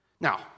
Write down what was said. Now